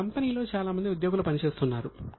మా కంపెనీలో చాలా మంది ఉద్యోగులు పనిచేస్తున్నారు